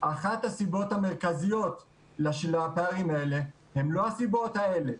אחת הסיבות המרכזיות לפערים האלה הן לא הסיבות האלה,